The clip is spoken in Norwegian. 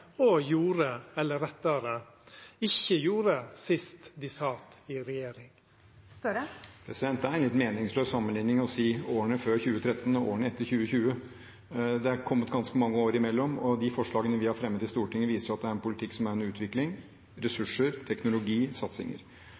og gjorde – eller rettare sagt: ikkje gjorde – sist dei sat i regjering? Det er en litt meningsløs sammenligning å si årene før 2013 og årene etter 2020. Det er kommet ganske mange år imellom, og de forslagene vi har fremmet i Stortinget, viser at det er en politikk som er under utvikling: ressurser, teknologi, satsinger.